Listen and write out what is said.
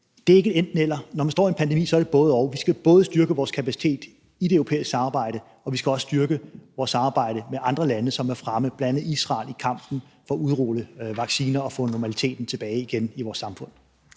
er det ikke et enten-eller. Når man står i en pandemi, er det et både-og. Vi skal både styrke vores kapacitet i det europæiske samarbejde, og vi skal også styrke vores samarbejde med andre lande, som er fremme, bl.a. Israel, i kampen for at udrulle vacciner og få normaliteten tilbage i vores samfund.